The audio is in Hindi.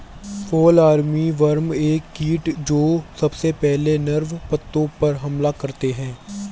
फॉल आर्मीवर्म एक कीट जो सबसे पहले नर्म पत्तों पर हमला करता है